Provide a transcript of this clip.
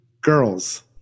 girls